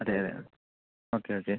അതെ അതെ okay okay